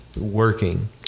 working